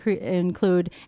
include